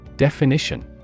Definition